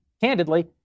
candidly